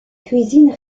cuisine